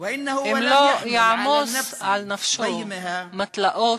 אם לא יעמוס על נפשו מתלאות,